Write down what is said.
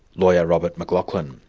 lawyer robert mclachlan.